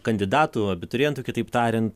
kandidatų abiturientų kitaip tariant